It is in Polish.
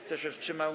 Kto się wstrzymał?